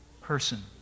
person